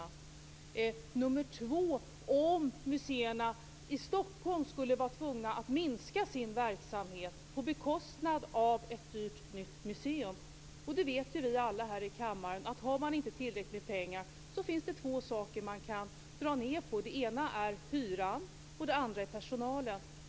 För det andra handlade det om ifall museerna i Stockholm skulle vara tvungna att minska sin verksamhet på bekostnad av ett dyrt nytt museum. Vi vet ju alla här i kammaren att har man inte tillräckligt med pengar, så finns det två saker man kan dra ned på. Det ena är hyran, och det andra är personalen.